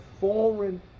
foreign